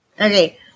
Okay